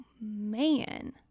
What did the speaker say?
man